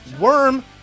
Worm